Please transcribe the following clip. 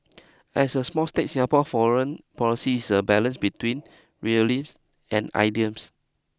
as a small state Singapore foreign policies is a balance between real lips and